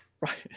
Right